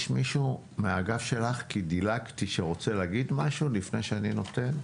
האם יש מישהו מהאגף שלך שרוצה להגיד משהו לפני שאני נותן?